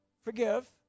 forgive